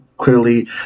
clearly